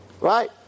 Right